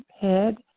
head